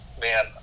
man